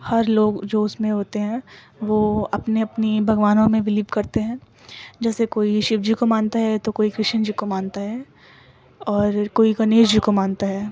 ہر لوگ جو اس میں ہوتے ہیں وہ اپنے اپنے بھگوانوں میں بلیو کرتے ہیں جیسے کوئی شیو جی کو مانتا ہے تو کوئی کرشن جی کو مانتا ہے اور کوئی گنیش جی کو مانتا ہے